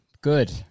Good